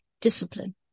Discipline